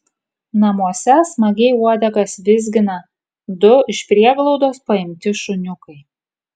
namuose smagiai uodegas vizgina du iš prieglaudos paimti šuniukai